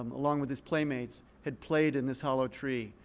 um along with his playmates, had played in this hollow tree,